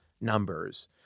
numbers